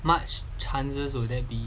much chances will there be